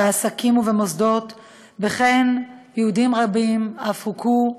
בעסקים ובמוסדות ויהודים רבים אף הוכו,